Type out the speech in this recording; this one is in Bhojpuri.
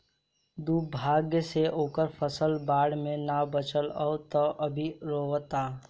दुर्भाग्य से ओकर फसल बाढ़ में ना बाचल ह त उ अभी रोओता